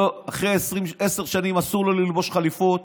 אחרי עשר שנים אסור לו ללבוש חליפות,